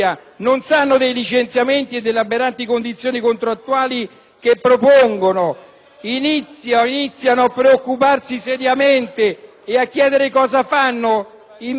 Iniziano a preoccuparsi seriamente e a chiedere cosa fanno in merito le donne che siedono in Parlamento. A queste donne, se esistono in Parlamento,